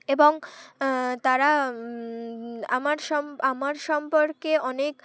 এবং তারা আমার সম আমার সম্পর্কে অনেক